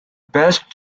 best